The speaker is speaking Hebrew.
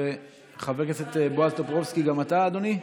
חבר הכנסת בועז טופורובסקי, גם אתה, אדוני?